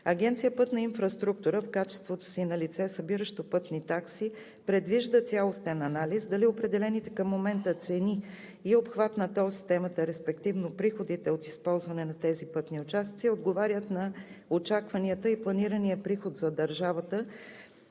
Агенция „Пътна инфраструктура“ в качеството си на лице, събиращо пътни такси, предвижда цялостен анализ дали определените към момента цени и обхват на тол системата, респективно приходите от използване на тези пътни участъци, отговарят на очакванията и планираният приход за държавата